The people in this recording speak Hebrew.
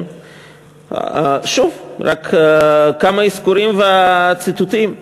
שוב, רק כמה אזכורים וציטוטים.